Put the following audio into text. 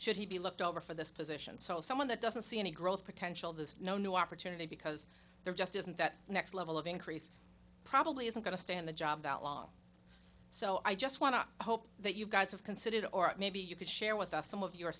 should he be looked over for this position so someone that doesn't see any growth potential this no new opportunity because there just isn't that next level of increase probably isn't going to stand the job that long so i just want to hope that you guys have considered or maybe you could share with us some of your